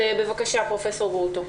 בבקשה, פרופ' גרוטו.